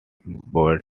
bored